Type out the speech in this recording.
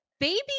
baby